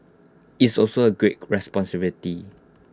it's also A great responsibility